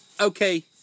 Okay